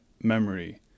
memory